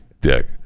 dick